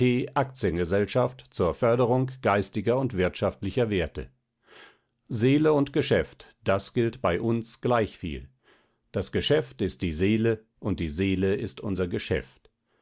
aktiengesellschaft zur förderung geistiger und wirtschaftlicher werte seele und geschäft das gilt bei uns gleichviel das geschäft ist unsere seele und die seele ist unser geschäft